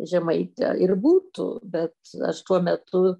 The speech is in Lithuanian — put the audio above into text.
žemaitę ir būtų bet aš tuo metu